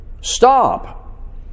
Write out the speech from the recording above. Stop